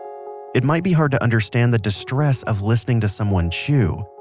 it might be hard to understand the distress of listening to someone chew.